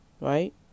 right